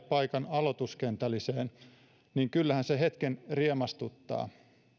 aloituskentälliseen niin kyllähän se hetken riemastuttaa